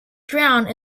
drowned